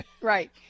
Right